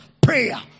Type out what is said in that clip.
prayer